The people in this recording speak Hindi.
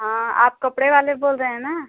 हाँ आप कपड़े वाले बोल रहे हैं ना